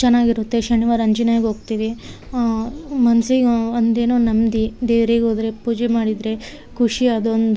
ಚೆನ್ನಾಗಿರುತ್ತೆ ಶನಿವಾರ ಆಂಜನೇಯಗೋಗ್ತೀವಿ ಮನ್ಸಿಗೆ ಒಂದೇನೊ ನಮ್ಮದಿ ದೇವ್ರಿಗೆ ಹೋದರೆ ಪೂಜೆ ಮಾಡಿದರೆ ಖುಷಿ ಅದೊಂದು